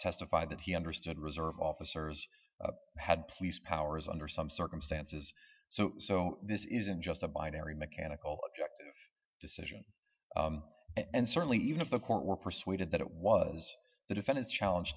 testified that he understood reserve officers had police powers under some circumstances so so this isn't just a binary mechanical object decision and certainly even if the court were persuaded that it was the defendant's challenge